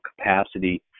capacity